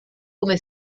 come